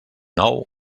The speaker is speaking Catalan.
nou